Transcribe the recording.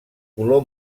color